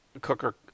cooker